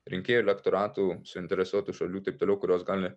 rinkėjų elektoratų suinteresuotų šalių taip toliau kurios gali